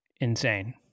insane